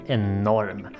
enorm